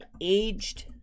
aged